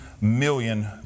million